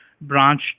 branch